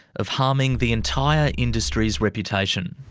of harming the entire industry's reputation.